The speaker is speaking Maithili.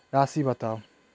राशि बताउ